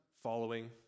following